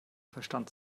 verstand